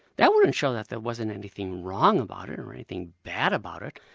that wouldn't show that there wasn't anything wrong about it, and or anything bad about it.